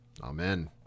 amen